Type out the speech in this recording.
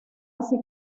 así